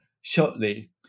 shortly